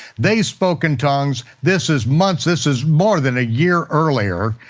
they spoke in tongues, this is months, this is more than a year earlier.